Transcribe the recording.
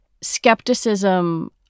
skepticism